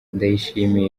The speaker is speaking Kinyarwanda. ndayishimiye